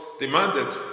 demanded